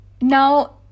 now